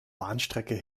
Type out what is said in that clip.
bahnstrecke